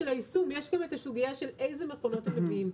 האיסוף יש גם הסוגיה איזה מכונות מביאים.